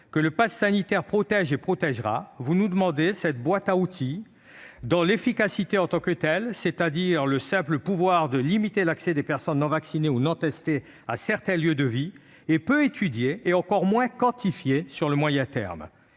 que le passe sanitaire protège et protégera, vous nous demandez de reconduire cette boîte à outils dont l'efficacité en tant que telle, c'est-à-dire le simple pouvoir de limiter l'accès des personnes non vaccinées ou non testées à certains lieux de vie, est peu étudiée et encore moins évaluée à moyen terme.